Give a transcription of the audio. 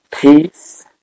Peace